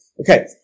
Okay